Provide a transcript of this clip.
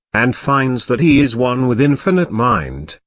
and finds that he is one with infinite mind,